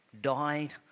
died